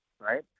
right